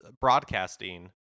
broadcasting